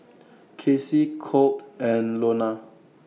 Kacie Colt and Lonna